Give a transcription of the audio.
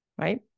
right